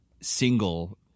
single